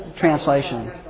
Translation